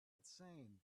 insane